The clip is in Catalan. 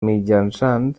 mitjançant